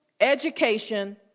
education